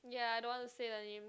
ya I don't to want say the name